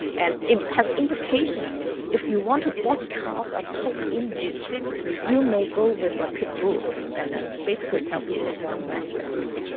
and it has implications if you want to broadcast a tough image you may go with a pit bull and then basically tell people don't mess with you.